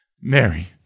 Mary